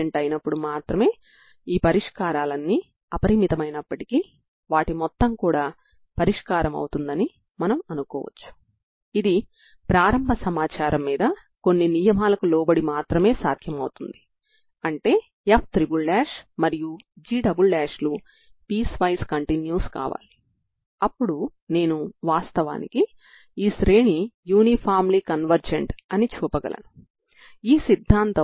n0123 అయినప్పుడు మీరు దీనిని An2L0Lfcos 2n1πx2L dx గా వ్రాయగలరు ఈ విధంగా మీరు మొదటి ప్రారంభం నియమాన్ని వర్తింప చేయడం ద్వారా మీ An లను పొందుతారు